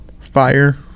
fire